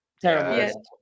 Terrible